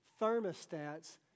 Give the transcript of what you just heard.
thermostats